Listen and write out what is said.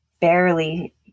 barely